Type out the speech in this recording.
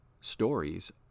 stories